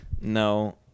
No